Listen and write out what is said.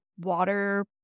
water